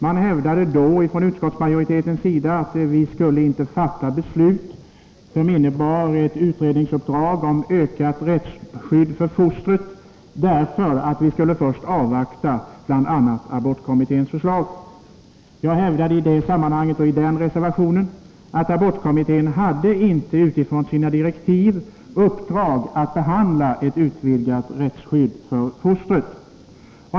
Man hävdade då från utskottsmajoritetens sida att vi inte skulle fatta beslut som innebar ett utredningsuppdrag om ökat rättsskydd för fostret, därför att vi först skulle avvakta bl.a. abortkommitténs förslag. Jag hävdade i det sammanhanget, i den reservation som då var aktuell, att abortkommittén inte utifrån sina direktiv hade i uppdrag att behandla ett utvidgat rättsskydd för fostret.